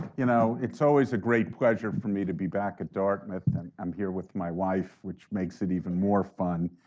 you know it's always a great pleasure for me to be back at dartmouth, and i'm here with my wife which makes it even more fun.